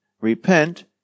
Repent